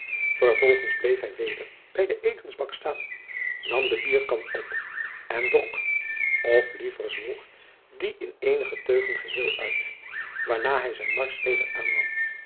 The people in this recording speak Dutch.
vervolgens bleef hij weder bij de etensbak staan nam de bierkan op en dronk of liever zwolg die in eenige teugen geheel uit waarna hij zijn marsch weder aannam